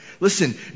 Listen